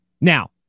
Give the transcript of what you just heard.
Now